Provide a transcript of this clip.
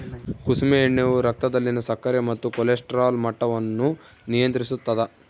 ಕುಸುಮೆ ಎಣ್ಣೆಯು ರಕ್ತದಲ್ಲಿನ ಸಕ್ಕರೆ ಮತ್ತು ಕೊಲೆಸ್ಟ್ರಾಲ್ ಮಟ್ಟವನ್ನು ನಿಯಂತ್ರಿಸುತ್ತದ